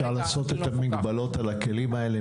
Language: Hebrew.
אפשר לעשות את המגבלות על הכלים האלה,